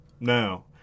no